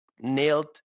nailed